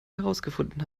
herausgefunden